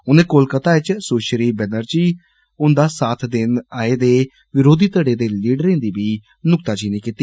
उनें कोलकत्ता च सुश्री बैनर्जी हुन्दा साथ देने आए दे वरोधी धड़े दे लीडरें दी बी नुक्ताचीनी कीती